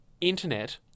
internet